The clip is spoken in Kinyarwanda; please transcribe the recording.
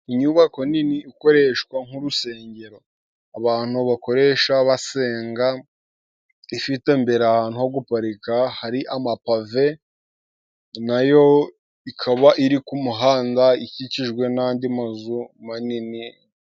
Inyubako nini ikoreshwa nk’urusengero，abantu bakoresha basenga. Ifite imbere，ahantu ho guparika hari amapave， nayo ikaba iri ku muhanda ikikijwe n'andi mazu manini.